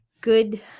good